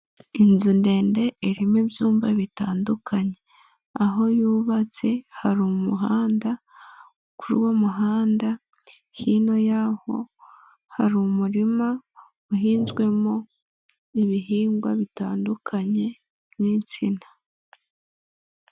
Inzu ndende irimo ibyumba bitandukanye, aho yubatse hari umuhanda, kuri uwo muhanda hino y'aho hari umurima uhinzwemo ibihingwa bitandukanye n'insina.